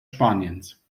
spaniens